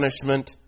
punishment